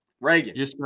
Reagan